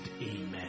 Amen